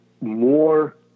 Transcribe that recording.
more